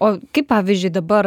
o kaip pavyzdžiui dabar